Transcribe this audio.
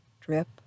drip